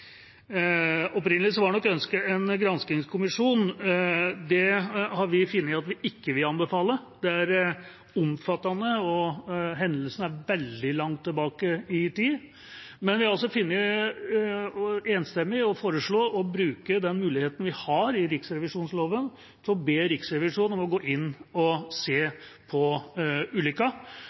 Opprinnelig var nok ønsket en granskingskommisjon. Det har vi funnet at vi ikke vil anbefale, for det er omfattende, og hendelsen ligger veldig langt tilbake i tid, men vi har altså enstemmig foreslått å bruke den muligheten vi har i riksrevisjonsloven til å be Riksrevisjonen om å gå inn og se på